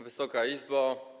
Wysoka Izbo!